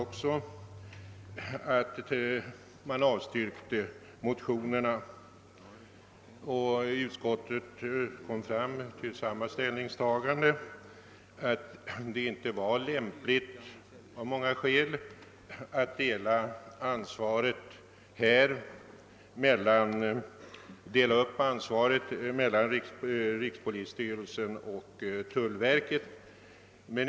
Utskottet kom för sin del också fram till att det av många skäl inte var lämpligt att dela upp ansvaret mellan rikspolisstyrelsen och tullverket.